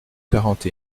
quarante